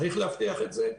צריך להבטיח את זה.